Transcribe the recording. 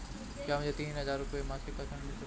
क्या मुझे तीन हज़ार रूपये मासिक का ऋण मिल सकता है?